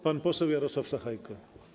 Pan poseł Jarosław Sachajko.